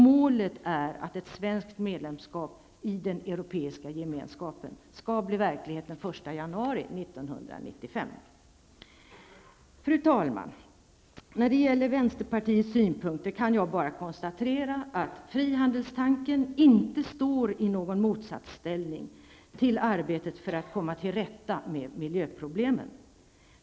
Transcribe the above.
Målet är att ett svenskt medlemskap i den europeiska gemenskapen skall bli verklighet den 1 januari Fru talman! När det gäller vänsterpartiets synpunkter kan jag bara konstatera att frihandelstanken inte står i någon motsatsställning till arbetet för att komma till rätta med miljöproblemen.